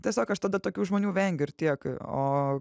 tiesiog aš tada tokių žmonių vengiu ir tiek o